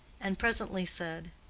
and presently said,